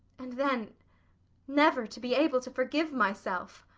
and then never to be able to forgive myself